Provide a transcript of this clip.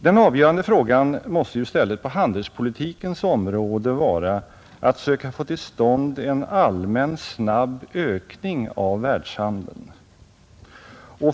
Den avgörande frågan måste i stället på handelspolitikens område vara att söka få till stånd en allmän snabb ökning av världshandeln.